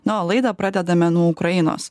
na o laidą pradedame nuo ukrainos